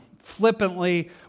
Flippantly